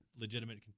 legitimate